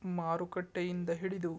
ಮಾರುಕಟ್ಟೆಯಿಂದ ಹಿಡಿದು